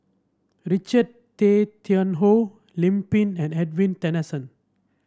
Richard Tay Tian Hoe Lim Pin and Edwin Tessensohn